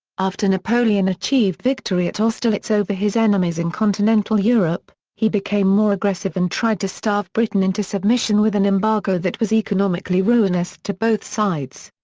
after napoleon achieved victory at austerlitz over his enemies in continental europe, he became more aggressive and tried to starve britain into submission with an embargo that was economically ruinous to both sides.